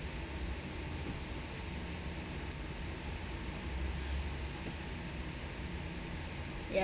ya